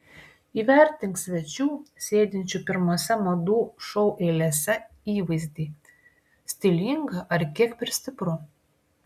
įvertink svečių sėdinčių pirmose madų šou eilėse įvaizdį stilinga ar kiek per stipru